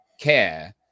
care